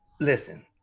listen